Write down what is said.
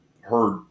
heard